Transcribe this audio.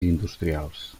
industrials